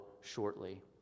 shortly